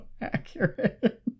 accurate